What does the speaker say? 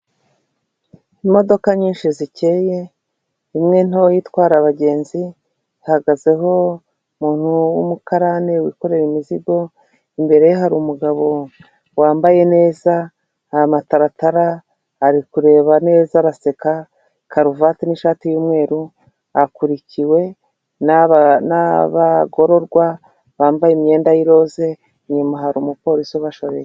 Imodoka nyinshi zikeye imwe ntoya itwara abagenzi ihagazeho umuntu w'umukarani wikorera imizigo imbere ye hari umugabo wambaye neza aya mataratara ari kureba neza araseka karuvati n'ishati y'umweru akurikiwe n'abagororwa bambaye imyenda y'iroza inyuma hari umupolisi ubashoreye.